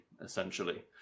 essentially